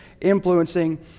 influencing